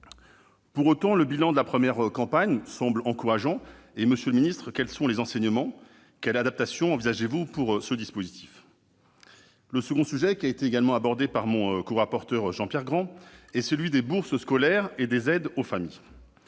Pour autant, le bilan de la première campagne semble encourageant. Monsieur le ministre, quels enseignements en tirez-vous ? Quelles adaptations envisagez-vous pour la suite ? Le deuxième point, également abordé par mon corapporteur Jean-Pierre Grand, est celui des bourses scolaires et des aides aux familles.